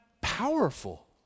powerful